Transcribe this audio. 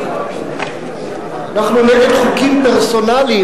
אנחנו נגד חוקים פרסונליים,